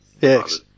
Yes